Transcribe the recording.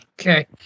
Okay